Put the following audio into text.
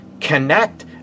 connect